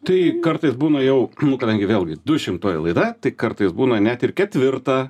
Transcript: tai kartais būna jau nu kadangi vėlgi dušimtoji laida tai kartais būna net ir ketvirtą